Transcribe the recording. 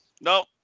no